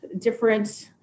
different